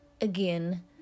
Again